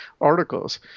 articles